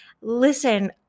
Listen